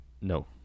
No